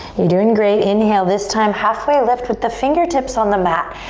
you're doing great. inhale, this time halfway lift with the fingertips on the mat.